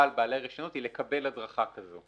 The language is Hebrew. של בעלי הרישיונות היא לקבל הדרכה כזאת.